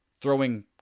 throwing